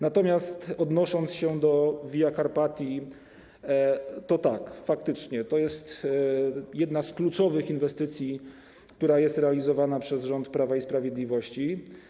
Natomiast odnosząc się do Via Carpatii - tak, faktycznie, to jest jedna z kluczowych inwestycji, które są realizowane przez rząd Prawa i Sprawiedliwości.